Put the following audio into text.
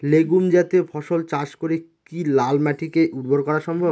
Legume জাতীয় ফসল চাষ করে কি লাল মাটিকে উর্বর করা সম্ভব?